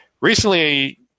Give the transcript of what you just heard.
recently